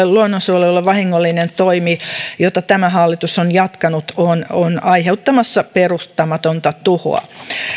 luonnonsuojelulle vahingollinen toimi jota tämä hallitus on jatkanut on on aiheuttamassa peruuttamatonta tuhoa